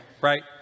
right